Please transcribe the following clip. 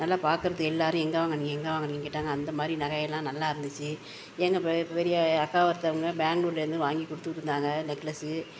நல்லா பார்க்கறத்துக்கு எல்லாரும் எங்கே வாங்கினீங்க எங்கே வாங்கினீங்கன் கேட்டாங்க அந்த மாதிரி நகையெல்லாம் நல்லா இருந்துச்சு எங்கள் பெ பெரிய அக்கா ஒருத்தங்க பேங்களூர்லேருந்து வாங்கி கொடுத்து விட்டிருந்தாங்க நெக்லஸு